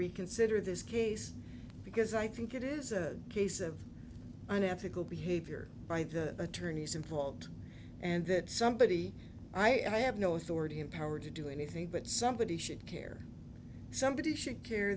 reconsider this case because i think it is a case of unethical behavior by the attorneys involved and that somebody i have no authority empowered to do anything but somebody should care somebody should care